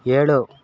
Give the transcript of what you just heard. ಏಳು